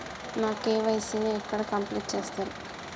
నా కే.వై.సీ ని ఎక్కడ కంప్లీట్ చేస్తరు?